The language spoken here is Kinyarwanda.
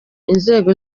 inzego